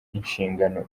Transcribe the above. inshingano